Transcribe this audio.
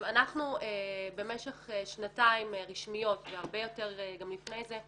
אנחנו במשך שנתיים רשמיות והרבה יותר גם לפני זה,